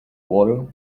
water